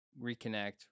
reconnect